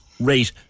rate